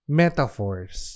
metaphors